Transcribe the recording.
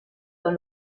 dans